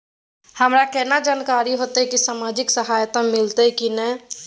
हमरा केना जानकारी होते की सामाजिक सहायता मिलते की नय?